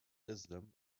islam